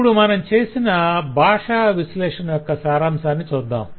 ఇప్పుడు మనం చేసిన భాష విశ్లేషణ యొక్క సారాంశాన్ని చూద్దాం